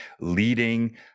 leading